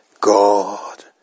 God